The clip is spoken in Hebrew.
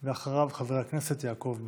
אחריו, חבר הכנסת יעקב מרגי.